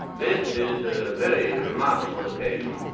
this is a very remarkable occasion